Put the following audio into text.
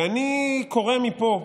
ואני קורא מפה: